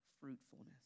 fruitfulness